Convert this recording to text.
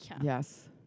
Yes